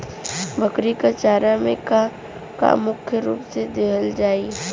बकरी क चारा में का का मुख्य रूप से देहल जाई?